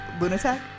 lunatic